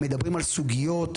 מדברים על סוגיות,